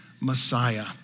Messiah